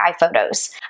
iPhotos